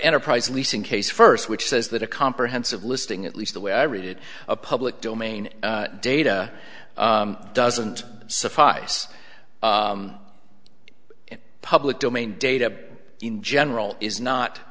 enterprise leasing case first which says that a comprehensive listing at least the way i read it a public domain data doesn't suffice public domain data in general is